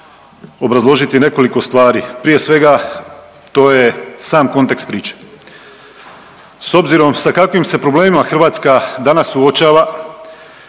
obrazložiti nekoliko stvari. Prije svega to je sam kontekst priče. S obzirom sa kakvim se problemima Hrvatska danas suočava,